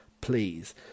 please